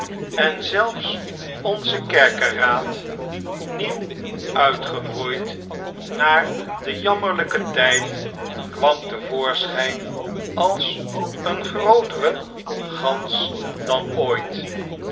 en zelfs onze kerkeraad nieuw uitgebroeid naar den jammerlyken tijd kwam te voorschyn als een grootere gans dan ooit